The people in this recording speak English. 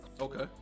Okay